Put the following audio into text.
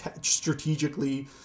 strategically